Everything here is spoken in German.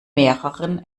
mehreren